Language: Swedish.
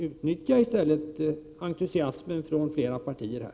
Utnyttja i stället entusiasmen från flera partier här!